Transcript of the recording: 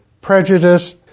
prejudice